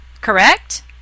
Correct